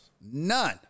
None